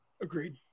Agreed